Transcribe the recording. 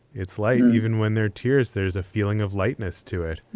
it's like even when they're tears, there's a feeling of lightness to it.